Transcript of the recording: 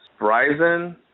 Verizon